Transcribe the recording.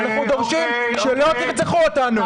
אנחנו דורשים שלא תרצחו אותנו.